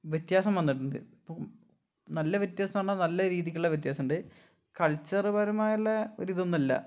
വ്യത്യാസം വന്നിട്ടുണ്ട് ഇപ്പം നല്ല വ്യത്യാസം എന്ന് പറഞ്ഞാൽ നല്ല രീതിക്കുള്ള വ്യത്യാസം ഉണ്ട് കൾച്ചർപരമായുള്ള ഒരു ഇതൊന്നും അല്ല